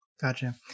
gotcha